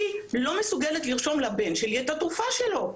היא לא מסוגלת לרשום לבן שלי את התרופה שלו.